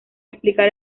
explicar